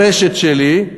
ברשת שלי,